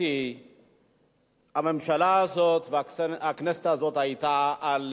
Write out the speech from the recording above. האמת היא שהממשלה הזאת והכנסת הזאת היו על